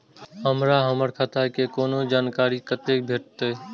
हमरा हमर खाता के कोनो जानकारी कतै भेटतै?